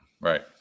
right